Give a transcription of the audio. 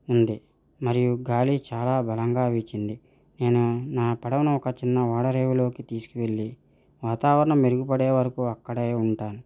ఉంది మరియు గాలి చాలా బలంగా వీచింది నేను నా పడవని ఒక చిన్న ఓడరేవులోకి తీసుకు వెళ్ళి వాతావరణ మెరుగుపడే వరకు అక్కడే ఉంటా